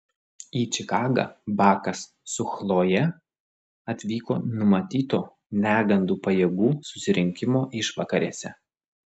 į čikagą bakas su chloje atvyko numatyto negandų pajėgų susirinkimo išvakarėse